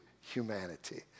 humanity